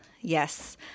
yes